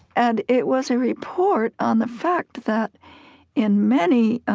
and it was a report on the fact that in many,